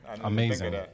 Amazing